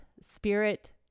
spirit